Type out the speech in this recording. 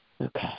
Okay